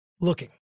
looking